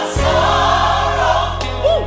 sorrow